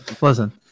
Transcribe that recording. listen